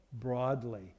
broadly